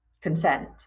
consent